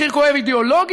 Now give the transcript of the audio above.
מחיר כואב אידיאולוגי,